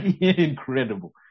incredible